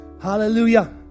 hallelujah